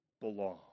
belong